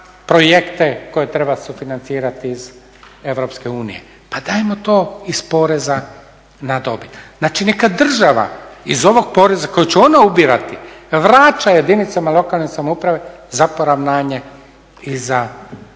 projekte koje treba sufinancirati iz EU. Pa dajmo to iz poreza na dobit. Znači, neka država iz ovog poreza koji će ona ubirati vraća jedinicama lokalne samouprave za poravnanje i za